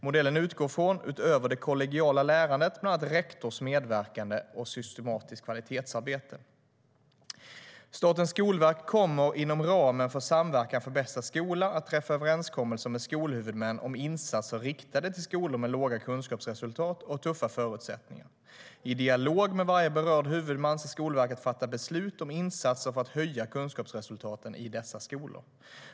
Modellen utgår utöver det kollegiala lärandet bland annat från rektors medverkan och ett systematiskt kvalitetsarbete. Statens skolverk kommer inom ramen för samverkan för bästa skola att träffa överenskommelser med skolhuvudmän om insatser riktade till skolor med låga kunskapsresultat och tuffa förutsättningar. I dialog med varje berörd huvudman ska Skolverket fatta beslut om insatser för att höja kunskapsresultaten i dessa skolor.